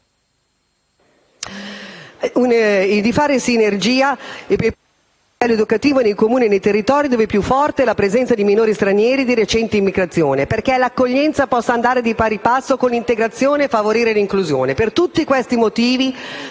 attivare percorsi di potenziamento educativo nei Comuni e nei territori dove più forte è la presenza di minori stranieri di recente immigrazione, perché l'accoglienza possa andare di pari passo con l'integrazione e favorire l'inclusione. Per tutti questi motivi,